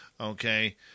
okay